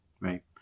Right